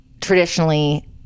traditionally